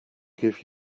give